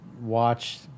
watch